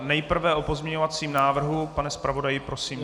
Nejprve o pozměňovacím návrhu pane zpravodaji, prosím.